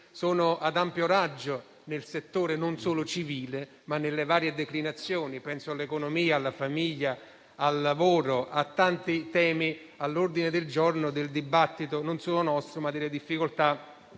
sono ad ampio raggio nel settore non solo civile, ma nelle varie declinazioni: penso all'economia, alla famiglia, al lavoro, a tanti temi all'ordine del giorno del dibattito, non solo nostro, sulle difficoltà